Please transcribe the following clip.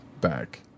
back